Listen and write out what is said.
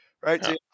right